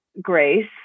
grace